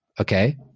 Okay